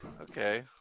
Okay